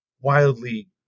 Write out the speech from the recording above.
wildly